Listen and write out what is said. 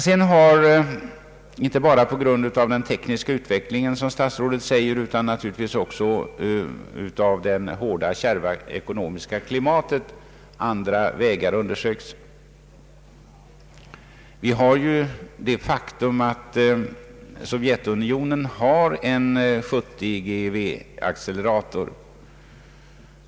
Sedan har, inte bara på grund av den tekniska utvecklingen, som statsrådet sade, utan naturligtvis också på grund av det kärva ekonomiska klimatet, andra vägar undersökts. Faktum är att Sovjetunionen har en 70 GeV-accelerator.